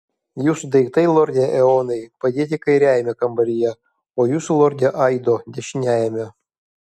jūsų daiktai lorde eonai padėti kairiajame kambaryje o jūsų lorde aido dešiniajame